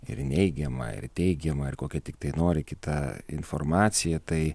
ir neigiama ir teigiama ir kokia tiktai nori kita informacija tai